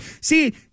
See